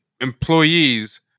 employees